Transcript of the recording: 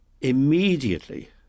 immediately